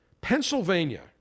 Pennsylvania